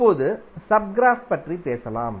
இப்போது subgraph பற்றி பேசலாம்